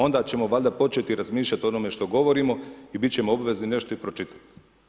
Onda ćemo valjda početi razmišljati o onome što govorimo i biti ćemo obvezni nešto i pročitati.